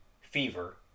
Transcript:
fever